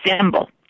symbol